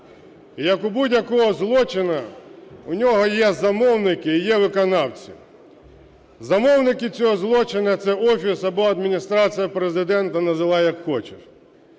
Як у будь-якого злочину, у нього є замовники і є виконавці. Замовники цього злочину – це Офіс або Адміністрація Президента, називай як хочеш.